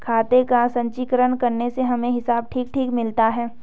खाते का संचीकरण करने से हमें हिसाब ठीक ठीक मिलता है